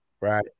Right